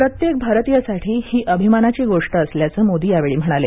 प्रत्येक भारतीयासाठी ही अभिमानाची गोष्ट असल्याचं मोदी यावेळी म्हणाले